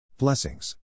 Blessings